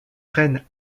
reine